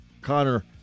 Connor